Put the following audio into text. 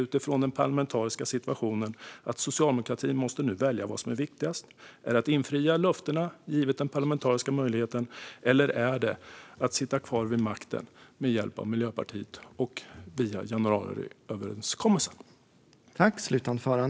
Utifrån den parlamentariska situationen måste Socialdemokraterna nu välja vad som är viktigast: Är det att infria löftena, givet den parlamentariska möjligheten, eller är det att sitta kvar vid makten med hjälp av Miljöpartiet och via januariöverenskommelsen?